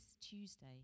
Tuesday